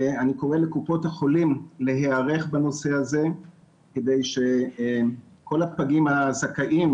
אני קורא לקופות החולים להיערך בנושא הזה כדי שכל הפגים הזכאים,